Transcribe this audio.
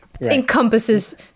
Encompasses